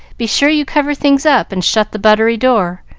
be sure you cover things up, and shut the buttery door,